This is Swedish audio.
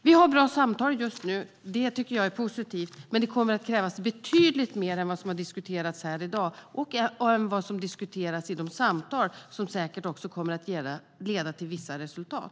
Vi har bra samtal just nu, vilket jag tycker är positivt, men det kommer att krävas betydligt mer än vad som har diskuterats här i dag och mer än vad som tas upp i de samtal som säkert kommer att leda till vissa resultat.